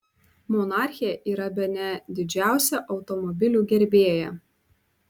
monarchė yra bene didžiausia automobilių gerbėja